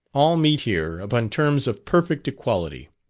all meet here upon terms of perfect equality.